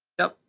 yep,